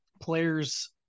players